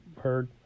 heard